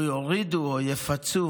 או יורידו או יפצו